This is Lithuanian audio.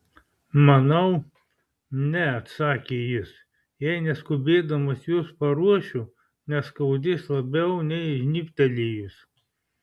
manau ne atsakė jis jei neskubėdamas jus paruošiu neskaudės labiau nei žnybtelėjus